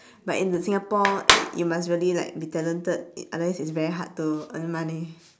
but in singapore you must really like be talented unless it's very hard to earn money